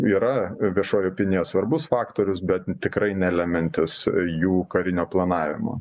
yra viešoji opinija svarbus faktorius bet tikrai nelemiantis jų karinio planavimo